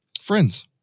friends